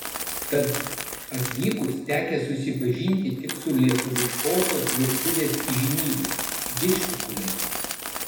tad atvykus tekę susipažinti tik su lietuviškosios virtuvės įžymybe didžkukuliais